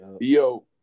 Yo